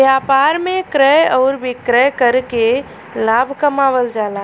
व्यापार में क्रय आउर विक्रय करके लाभ कमावल जाला